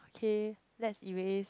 okay let's erase